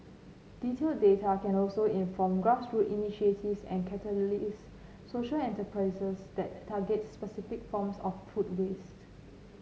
detailed data can also inform grassroots initiatives and catalyse social enterprises that target specific forms of food waste